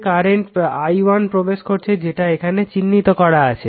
তো ডট দিয়ে current i1 প্রবেশ করছে যেটা এখানে চিহ্নিত করা আছে